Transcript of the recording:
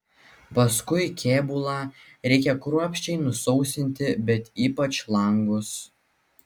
paskui kėbulą reikia kruopščiai nusausinti bet ypač langus